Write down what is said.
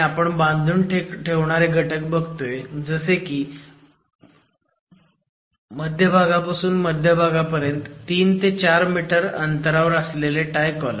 आपण बांधून ठेवणारे घटक बघतोय जसे की मध्य ते मध्य 3 ते 4 मीटर अंतरावर असलेले टाय कॉलम